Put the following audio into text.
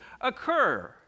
occur